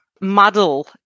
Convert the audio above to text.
muddle